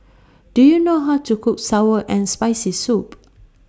Do YOU know How to Cook Sour and Spicy Soup